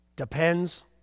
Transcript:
depends